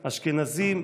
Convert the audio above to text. אשכנזים,